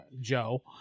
Joe